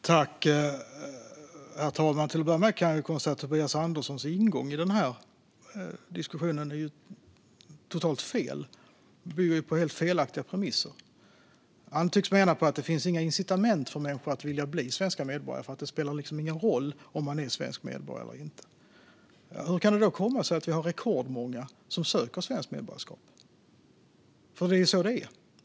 Herr talman! Till att börja med kan jag konstatera att Tobias Anderssons ingång i denna diskussion är totalt fel och bygger på helt felaktiga premisser. Han tycks mena att det inte finns några incitament för människor att vilja bli svenska medborgare därför att det inte spelar någon roll om man är svensk medborgare eller inte. Hur kan det då komma sig att vi har rekordmånga som ansöker om svenskt medborgarskap? Det är så det är.